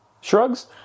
Shrugs